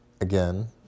Again